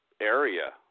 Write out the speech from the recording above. area